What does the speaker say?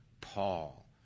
Paul